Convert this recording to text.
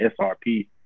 SRP